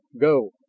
Go